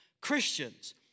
Christians